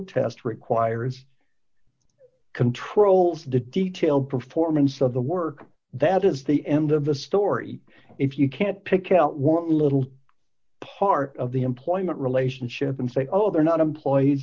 test requires control for the detail performance of the work that is the end of the story if you can't pick out one little part of the employment relationship and say oh they're not employe